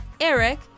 Eric